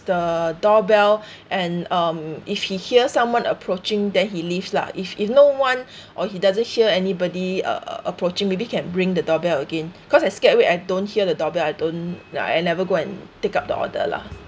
the doorbell and um if he hears someone approaching then he leaves lah if if no one or he doesn't hear anybody uh uh approaching maybe he can ring the doorbell again cause I scared what if I don't hear the doorbell I don't know I never go and take up the order lah